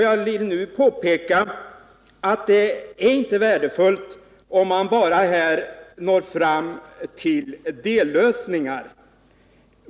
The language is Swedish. Jag vill påpeka att det inte är särskilt värdefullt att här bara nå fram till dellösningar.